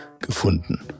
gefunden